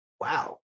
Wow